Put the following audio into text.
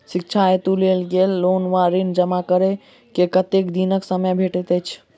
शिक्षा हेतु लेल गेल लोन वा ऋण जमा करै केँ कतेक दिनक समय भेटैत अछि?